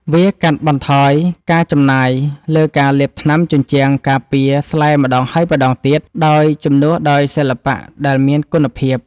វាកាត់បន្ថយការចំណាយលើការលាបថ្នាំជញ្ជាំងការពារស្លែម្ដងហើយម្ដងទៀត ដោយជំនួសដោយសិល្បៈដែលមានគុណភាព។